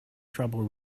trouble